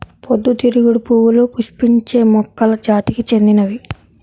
పొద్దుతిరుగుడు పువ్వులు పుష్పించే మొక్కల జాతికి చెందినవి